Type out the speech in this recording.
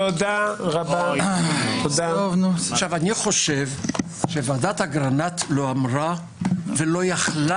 אני חושב שוועדת אגרנט לא אמרה ולא יכלה